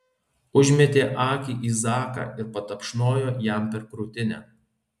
užmetė akį į zaką ir patapšnojo jam per krūtinę